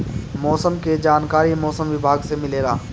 मौसम के जानकारी मौसम विभाग से मिलेला?